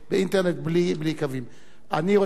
אני רוצה לומר לכם, הייתי שר התקשורת ב-2001.